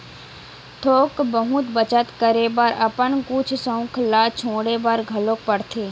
थोक बहुत बचत करे बर अपन कुछ सउख ल छोड़े बर घलोक परथे